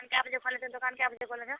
दोकान कए बजे दोकान कए बजे खोलै छऽ